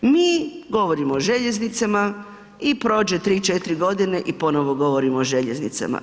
Mi govorimo o željeznicama i prođe 3, 4 godine i ponovo govorimo o željeznicama.